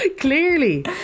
clearly